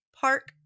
park